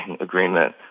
agreement